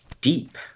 deep